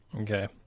Okay